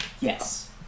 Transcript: Yes